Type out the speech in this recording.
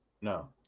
No